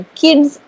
kids